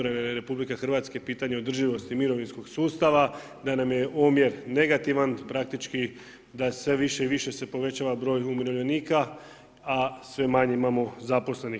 RH pitanje održivosti mirovinskog sustava, da nam je omjer negativan, praktički da sve više i više povećava broj umirovljenika, a sve manje imamo zaposlenih.